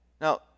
Now